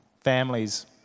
families